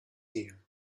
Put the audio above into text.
ear